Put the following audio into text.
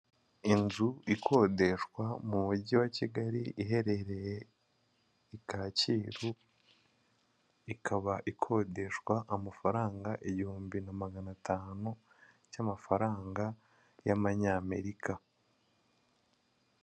Inzu ikodeshwa mu mujyi wa Kigali iherereye i Kacyiru, ikaba ikodeshwa amafaranga igihumbi na magana atanu cy'amafaranga y'amanyamerika